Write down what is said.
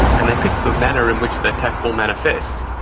and the pick the manner in which the attack will manifest.